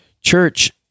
church